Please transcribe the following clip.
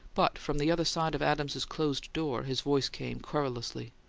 but from the other side of adams's closed door his voice came querulously.